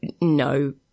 no